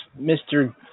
Mr